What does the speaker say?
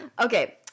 Okay